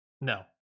no